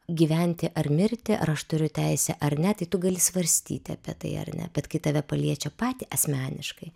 gyventi ar mirti ar aš turiu teisę ar ne tai tu gali svarstyti apie tai ar ne bet kai tave paliečia patį asmeniškai